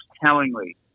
tellingly